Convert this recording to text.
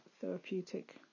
therapeutic